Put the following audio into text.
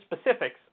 specifics